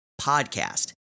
podcast